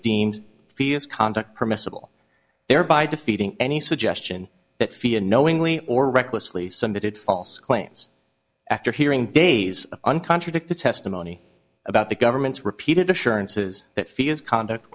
deemed fia's conduct permissible thereby defeating any suggestion that fia knowingly or recklessly submitted false claims after hearing days of un contradicted testimony about the government's repeated assurances that fia's conduct